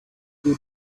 who